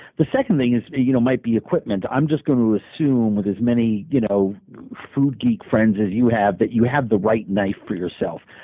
the second thing you know might be equipment. i'm just going to assume with as many you know food geek friends as you have that you have the right knife for yourself.